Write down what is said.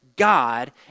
God